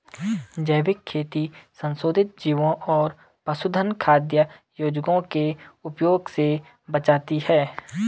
जैविक खेती संशोधित जीवों और पशुधन खाद्य योजकों के उपयोग से बचाती है